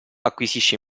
acquisisce